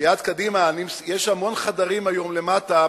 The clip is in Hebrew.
סיעת קדימה, יש המון חדרים פנויים היום למטה.